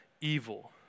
evil